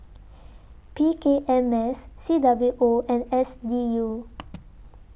P K M S C W O and S D U